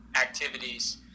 activities